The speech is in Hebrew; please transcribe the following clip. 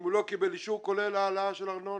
הוא לא קיבל אישור כולל העלאה של ארנונה.